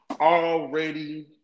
already